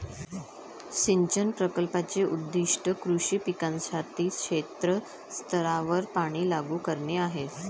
सिंचन प्रकल्पाचे उद्दीष्ट कृषी पिकांसाठी क्षेत्र स्तरावर पाणी लागू करणे आहे